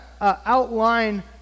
outline